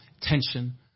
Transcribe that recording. tension